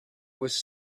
was